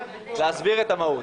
להסביר את המהות.